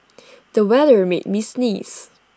the weather made me sneeze